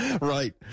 Right